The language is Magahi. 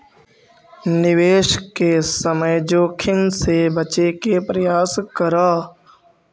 निवेश के समय जोखिम से बचे के प्रयास करऽ